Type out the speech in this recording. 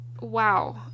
wow